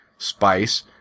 Spice